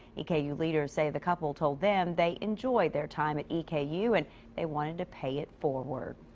e k u leaders say the couple told them. they enjoyed their time at e k u, and they wanted to pay it forward.